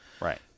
Right